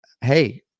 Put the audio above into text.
hey